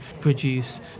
produce